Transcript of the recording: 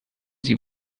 sie